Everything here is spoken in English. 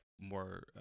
more